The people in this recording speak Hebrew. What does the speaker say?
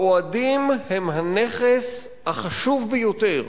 האוהדים הם הנכס החשוב ביותר